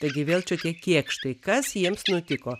taigi vėl čia tie kėkštai kas jiems nutiko